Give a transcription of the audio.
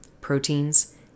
proteins